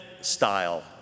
style